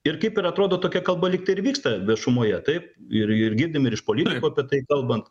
ir kaip ir atrodo tokia kalba lyg tai ir vyksta viešumoje taip ir ir girdim ir iš politikų apie tai kalbant